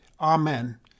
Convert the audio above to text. Amen